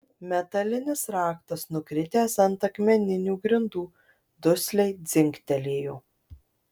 metalinis raktas nukritęs ant akmeninių grindų dusliai dzingtelėjo